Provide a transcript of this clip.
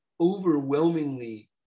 overwhelmingly